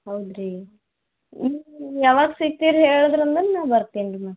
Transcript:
ಹೌದು ರೀ ಯಾವಾಗ ಸಿಗ್ತೀರಿ ಹೇಳಿದ್ರಂದ್ರೆ ನಾನು ಬರ್ತೀನಿ ರೀ ಮತ್ತೆ